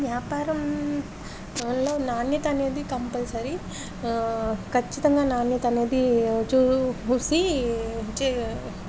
వ్యాపారంంలో నాణ్యత అనేది కంపల్సరీ ఖచ్చితంగా నాణ్యత అనేది చూసి చే